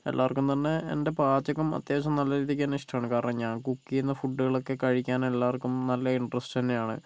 എല്ലാവർക്കും തന്നെ എൻ്റെ പാചകം അത്യാവശ്യം നല്ല രീതിക്ക് തന്നെ ഇഷ്ടമാണ് കാരണം ഞാൻ കുക്ക് ചെയ്യുന്ന ഫുഡുകളൊക്കെ കഴിക്കാനെല്ലാവർക്കും നല്ല ഇന്ററസ്റ്റ് തന്നെയാണ്